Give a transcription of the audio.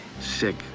sick